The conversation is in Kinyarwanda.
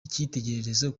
icyitegererezo